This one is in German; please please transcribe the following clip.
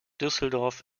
düsseldorf